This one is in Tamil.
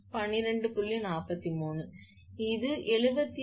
எனவே இது n என்பது நான்கு எனவே 4 × 12